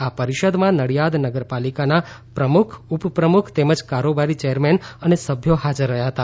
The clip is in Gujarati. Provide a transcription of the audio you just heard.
આ પરિષદમાં નડિયાદ નગરપાલિકાના પ્રમુખ ઉપપ્રમુખ તેમજ કારોબારી ચેરમેન અને સભ્યો હાજર રહ્યા હતા